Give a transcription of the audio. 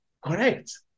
correct